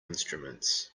instruments